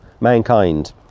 mankind